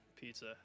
pizza